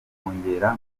bakongera